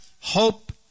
hope